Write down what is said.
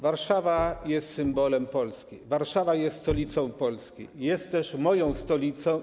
Warszawa jest symbolem Polski, Warszawa jest stolicą Polski, jest też moją stolicą.